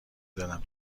دلم